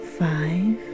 five